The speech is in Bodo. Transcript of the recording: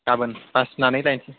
गाबोन बासिनानै लायनोसै